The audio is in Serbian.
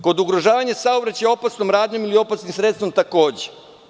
Kod ugrožavanja saobraćaja opasnom radnjom ili opasnim sredstvom takođe.